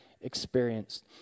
experienced